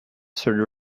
third